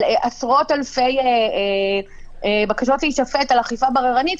עשרות אלפי בקשות להישפט על אכיפה בררנית,